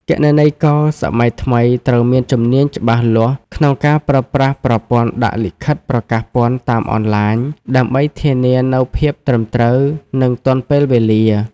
គណនេយ្យករសម័យថ្មីត្រូវមានជំនាញច្បាស់លាស់ក្នុងការប្រើប្រាស់ប្រព័ន្ធដាក់លិខិតប្រកាសពន្ធតាមអនឡាញ ដើម្បីធានានូវភាពត្រឹមត្រូវ និងទាន់ពេលវេលា។